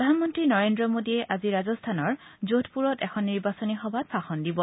প্ৰধানমন্ত্ৰী নৰেন্দ্ৰ মোদীয়ে আজি ৰাজম্থানৰ জোধপুৰত এখন নিৰ্বাচনী সভাত ভাষণ দিব